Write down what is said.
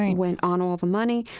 and went on all the money.